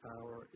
power